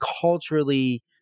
culturally